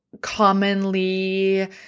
commonly